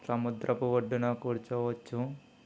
సముద్రపు ఒడ్డున కూర్చోవచ్చు